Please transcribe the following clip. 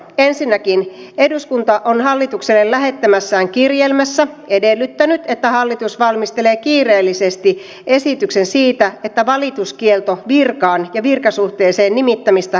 ensinnäkin eduskunta on hallitukselle lähettämässään kirjelmässä edellyttänyt että hallitus valmistelee kiireellisesti esityksen siitä että valituskielto virkaan ja virkasuhteeseen nimittämistä koskevasta päätöksestä poistetaan